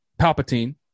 Palpatine